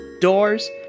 doors